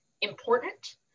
important